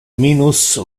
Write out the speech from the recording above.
minus